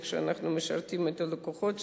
איך שאנחנו משרתים את הלקוחות שלנו,